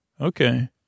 Okay